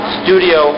studio